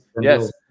Yes